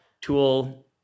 tool